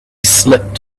slipped